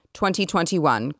2021